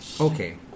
Okay